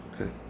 Okay